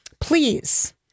please